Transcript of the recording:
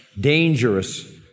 dangerous